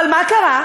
אבל מה קרה?